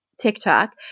TikTok